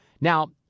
Now